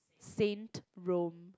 Saint Rome